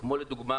כמו לדוגמה